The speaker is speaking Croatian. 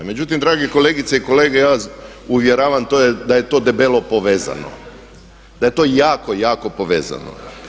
Međutim, dragi kolegice i kolege ja vas uvjeravam da je to debelo povezano, da je to jako, jako povezano.